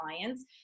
clients